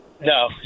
No